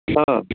ह